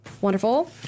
wonderful